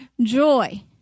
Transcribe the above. joy